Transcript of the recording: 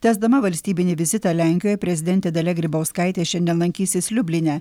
tęsdama valstybinį vizitą lenkijoje prezidentė dalia grybauskaitė šiandien lankysis liubline